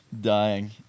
dying